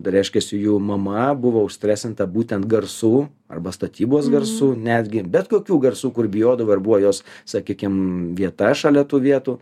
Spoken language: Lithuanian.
reiškiasi jų mama buvo užstresinta būtent garsų arba statybos garsų netgi bet kokių garsų kur bijodavo ir buvo jos sakykim vieta šalia tų vietų